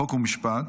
חוק ומשפט